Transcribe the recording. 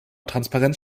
transparenz